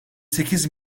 sekiz